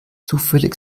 zufällig